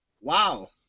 Wow